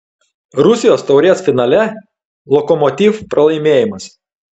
rusijos taurės finale lokomotiv pralaimėjimas